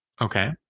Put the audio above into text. Okay